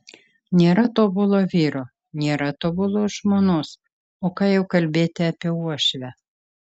nėra tobulo vyro nėra tobulos žmonos o ką jau kalbėti apie uošvę